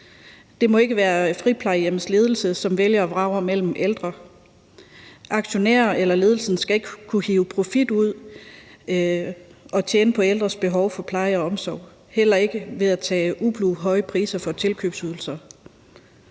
Det må ikke være friplejehjemmets ledelse, som vælger og vrager mellem de ældre. Aktionærer eller ledelsen skal ikke kunne hive profit ud og tjene på ældres behov for pleje og omsorg, heller ikke ved at tage ublu høje priser for tilkøbsydelser.